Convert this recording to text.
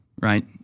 right